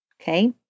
Okay